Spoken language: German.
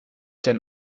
denn